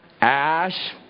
Ash